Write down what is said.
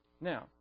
Now